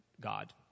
God